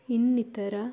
ಇನ್ನಿತರ